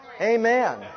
Amen